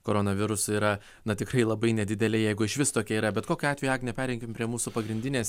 koronavirusu yra na tikrai labai nedidelė jeigu išvis tokia yra bet kokiu atveju agnė pereikim prie mūsų pagrindinės